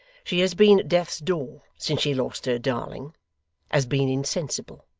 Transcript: she has been at death's door since she lost her darling has been insensible,